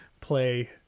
play